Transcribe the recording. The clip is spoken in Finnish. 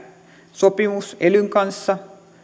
sopimus elyn kanssa